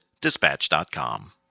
Dispatch.com